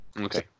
Okay